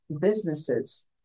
businesses